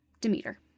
Demeter